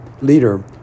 leader